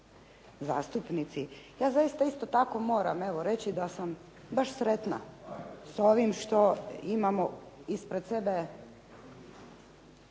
zastupnici. Ja zaista isto tako mora reći evo da sam baš sretna s ovim što imamo ispred sebe